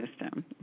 system